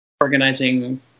organizing